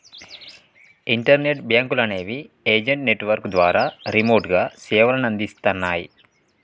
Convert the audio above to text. internet బ్యేంకులనేవి agent network ద్వారా రిమోట్గా సేవలనందిస్తన్నయ్